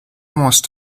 must